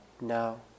No